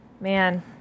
Man